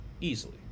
Easily